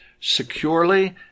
securely